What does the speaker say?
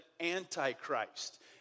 antichrist